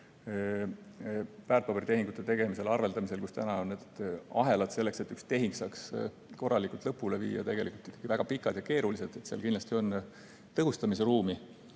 väärtpaberitehingute tegemisel, arveldamisel, kus täna on need ahelad selleks, et ühe tehingu saaks korralikult lõpule viia, ikkagi väga pikad ja keerulised. Seal kindlasti on tõhustamise ruumi.